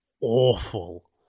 awful